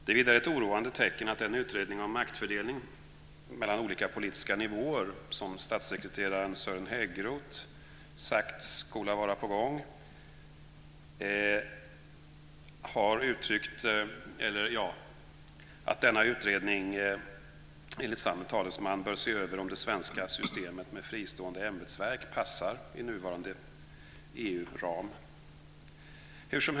Det är vidare ett oroande tecken att den utredning om maktfördelning mellan olika politiska nivåer som statssekreteraren Sören Häggroth sagt ska vara på gång enligt samme talesman bör se över om det svenska systemet med fristående ämbetsverk passar i nuvarande EU-ram.